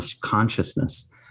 consciousness